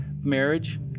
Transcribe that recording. Marriage